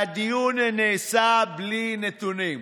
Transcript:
והדיון נעשה בלי נתונים: